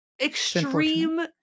Extreme